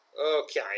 Okay